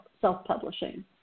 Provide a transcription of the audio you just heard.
self-publishing